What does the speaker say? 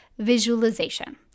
visualization